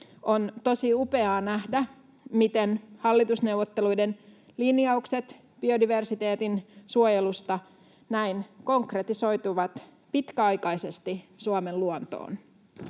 On tosi upeaa nähdä, miten hallitusneuvotteluiden linjaukset biodiversiteetin suojelusta näin konkretisoituvat pitkäaikaisesti Suomen luontoon.